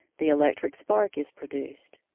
the electric spark is produced.